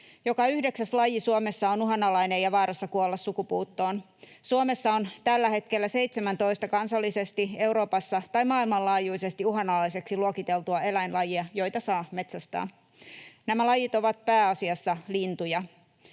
Joka yhdeksäs laji Suomessa on uhanalainen ja vaarassa kuolla sukupuuttoon. Suomessa on tällä hetkellä 17 kansallisesti, Euroopassa tai maailmanlaajuisesti uhanalaiseksi luokiteltua eläinlajia, joita saa metsästää. Nämä lajit ovat pääasiassa lintuja.